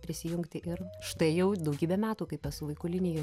prisijungti ir štai jau daugybę metų kaip esu vaikų linijoj